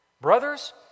brothers